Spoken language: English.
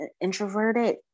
introverted